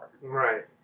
Right